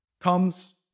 comes